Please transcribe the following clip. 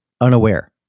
unaware